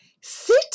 Sit